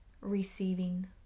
receiving